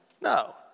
No